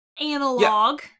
Analog